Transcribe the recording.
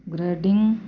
grading